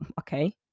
okay